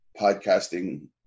podcasting